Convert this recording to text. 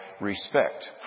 respect